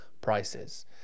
prices